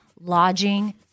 lodging